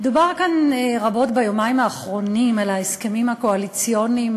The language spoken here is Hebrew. דובר כאן רבות ביומיים האחרונים על ההסכמים הקואליציוניים